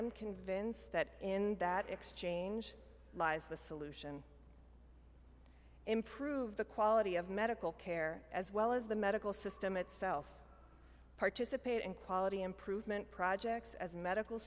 am convinced that in that exchange lies the solution improve the quality of medical care as well as the medical system itself participate in quality improvement projects as medical